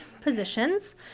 positions